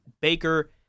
Baker